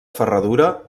ferradura